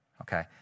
okay